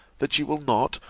that you will not,